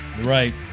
Right